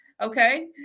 Okay